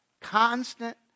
Constant